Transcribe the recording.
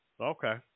Okay